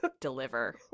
deliver